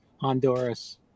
Honduras